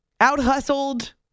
Out-hustled